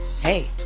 hey